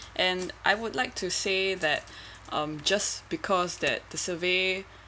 and I would like to say that um just because that the survey